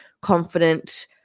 confident